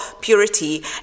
purity